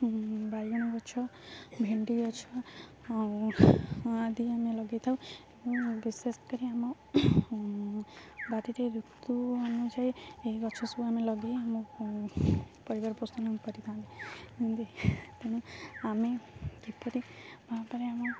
ବାଇଗଣ ଗଛ ଭେଣ୍ଡି ଗଛ ଆଉ ଆଦି ଆମେ ଲଗାଇଥାଉ ବିଶେଷ କରି ଆମ ବାରିରେ ଋତୁ ଅନୁଯାୟୀ ଏହି ଗଛ ସବୁ ଆମେ ଲଗାଇ ଆମ ପରିବାର ପୋଷଣ କରିଥାନ୍ତି ତେଣୁ ଆମେ କିପରି ଭାବରେ ଆମ